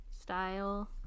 style